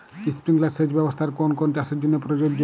Sprinkler সেচ ব্যবস্থার কোন কোন চাষের জন্য প্রযোজ্য?